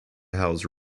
house